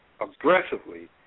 aggressively